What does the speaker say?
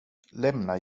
lämna